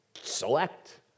select